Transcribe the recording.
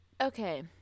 Okay